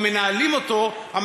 תאמין לי,